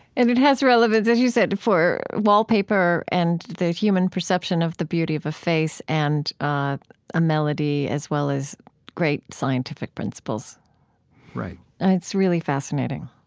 and it has relevance, as you said, for wallpaper and human perception of the beauty of a face and a melody as well as great scientific principles right it's really fascinating.